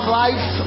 life